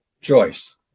Joyce